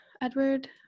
Edward